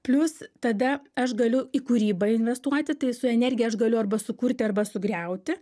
plius tada aš galiu į kūrybą investuoti tai su energija aš galiu arba sukurti arba sugriauti